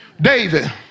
David